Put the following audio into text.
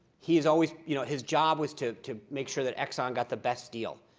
he is always you know his job was to to make sure that exxon got the best deal.